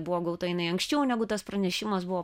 buvo gauta jinai anksčiau negu tas pranešimas buvo